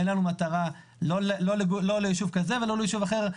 אין לנו מטרה לא ליישוב כזה ולא ליישוב אחר,